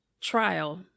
trial